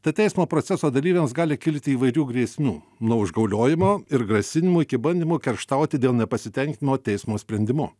tad teismo proceso dalyviams gali kilti įvairių grėsmių nuo užgauliojimo ir grasinimų iki bandymu kerštauti dėl nepasitenkinimo teismo sprendimu